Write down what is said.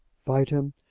fight him!